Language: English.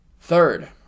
Third